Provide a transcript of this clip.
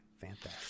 Fantastic